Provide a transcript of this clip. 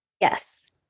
Yes